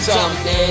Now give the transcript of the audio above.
Someday